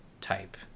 type